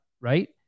right